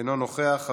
אינו נוכח.